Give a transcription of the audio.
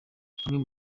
bamwe